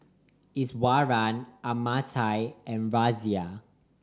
Iswaran Amartya and Razia